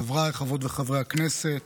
חבריי חברות וחברי הכנסת,